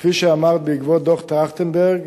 וכפי שאמרת, בעקבות דוח-טרכטנברג,